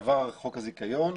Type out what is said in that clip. עבר חוק הזיכיון,